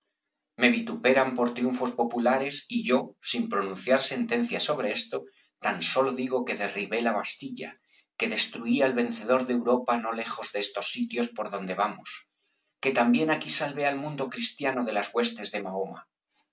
me vituperan por triunfos populares y yo sin pronunciar sentencia sobre esto tan sólo digo que derribé la bastilla que destruí al vencedor de europa no lejos de estos sitios por donde vamos que también aquí salvó al mundo cristiano de las huestes de mahoma